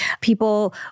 People